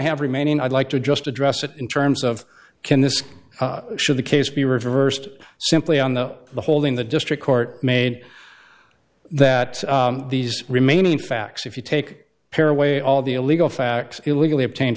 have remaining i'd like to just address it in terms of can this should the case be reversed simply on the holding the district court made that these remaining facts if you take care way all the illegal facts illegally obtain